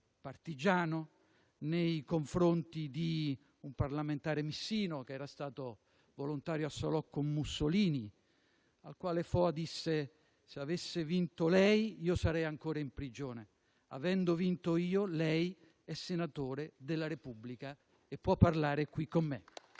partigiano, nei confronti di un parlamentare missino che era stato volontario a Salò con Mussolini, al quale Foa disse: «Se avesse vinto lei, io sarei ancora in prigione. Avendo vinto io, lei è senatore della Repubblica e può parlare qui con me».